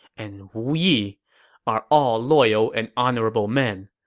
and wu yi are all loyal and honorable men.